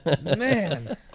Man